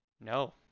No